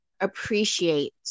appreciate